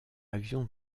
avions